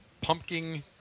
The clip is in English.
Pumpkin